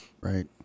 Right